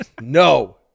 No